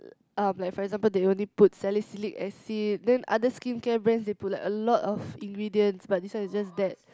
um like for example they only put salicylic acid then other skincare brands they put like a lot of ingredients but this one is just that